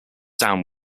down